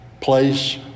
place